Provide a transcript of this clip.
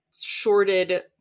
shorted